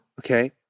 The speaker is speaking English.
Okay